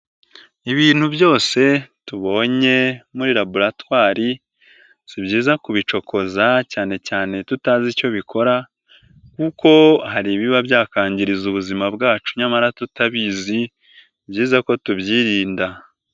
Ibintu byose tubonye muri laboratwari si byiza kubicokoza cyane cyane tutazi icyo bikora kuko hari biba byakanwangiriza ubuzima bwacu nyamara tutabizi, byiza ko tubyirinda.